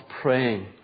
praying